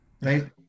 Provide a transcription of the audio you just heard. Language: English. right